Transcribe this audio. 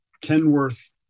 Kenworth